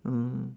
mm